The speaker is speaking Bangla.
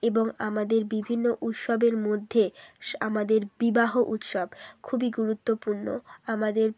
এবং আমাদের বিভিন্ন উৎসবের মধ্যে আমাদের বিবাহ উৎসব খুবই গুরুত্বপূর্ণ আমাদের